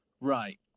Right